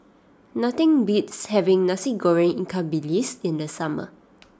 nothing beats having Nasi Goreng Ikan Bilis in the summer